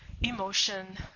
emotion